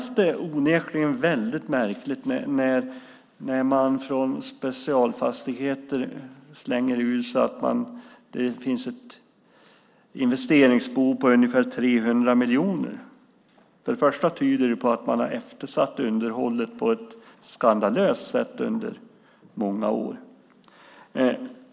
Men det känns onekligen väldigt märkligt när Specialfastigheter slänger ur sig att det finns ett investeringsbehov på ungefär 300 miljoner. För det första tyder det på att man har eftersatt underhållet på ett skandalöst sätt under många år.